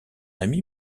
ami